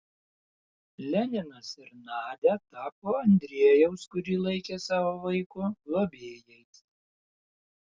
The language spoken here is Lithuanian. leninas ir nadia tapo andrejaus kurį laikė savo vaiku globėjais